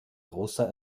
großer